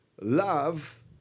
Love